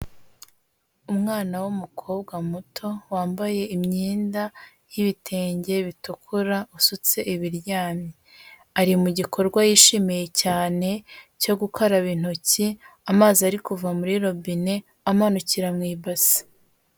Umwana w'umukobwa muto wambaye imyenda y'ibitenge bitukura usutse ibiryamye ari mu gikorwa yishimiye cyane cyo gukaraba intoki amazi ari kuva muri robine amanukira mu i ibasi.